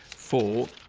four.